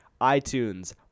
iTunes